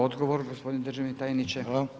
Odgovor, gospodine državni tajniče.